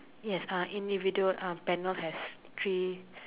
yes ah individual ah panel has three